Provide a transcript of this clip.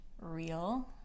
real